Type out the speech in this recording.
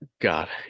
god